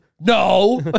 No